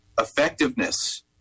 Effectiveness